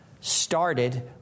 started